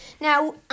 Now